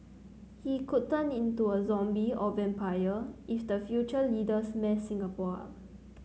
he could turn into a zombie or vampire if the future leaders mess Singapore up